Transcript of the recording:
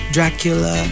Dracula